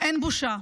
אין בושה.